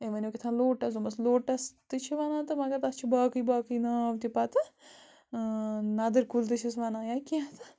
أمۍ وَنیو کیٛاہ تھام لوٹَس دوٚپمَس لوٹَس تہِ چھِ وَنان تہٕ مگر تَتھ چھِ باقٕے باقٕے ناو تہِ پَتہٕ نَدٕر کُلۍ تہِ چھِس وَنان یا کیٚنٛہہ تہٕ